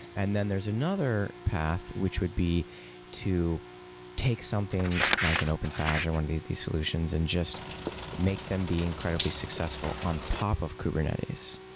and then there's another path which would be to take something like an open or one of these these solutions and just make them be incredibly successful on top of kubernetes.